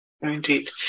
Indeed